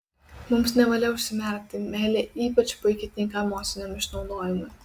mums nevalia užsimerkti meilė ypač puikiai tinka emociniam išnaudojimui